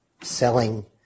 selling